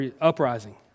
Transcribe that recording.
uprising